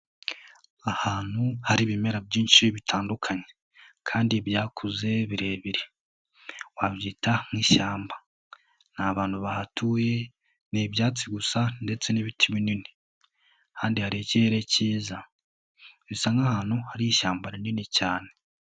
Ahantu hari ibimera byinshi bitandukanye kandi byakuze birebire, wabyita nk'ishyamba, nta bantu bahatuye ni ibyatsi gusa ndetse n'ibiti binini, ahandi hari ikirere kiza, bisa nk'ahantu hari ishyamba rinini cyane.